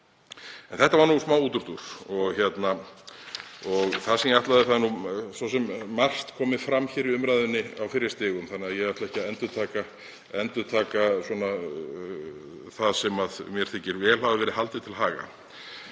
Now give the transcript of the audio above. En þetta var nú smá útúrdúr og það hefur nú svo sem margt komið fram hér í umræðunni á fyrri stigum þannig að ég ætla ekki að endurtaka það sem mér þykir vel hafa verið haldið til haga.